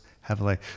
heavily